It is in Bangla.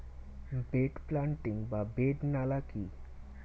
বেড প্লান্টিং বা বেড নালা কি?